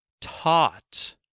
Taught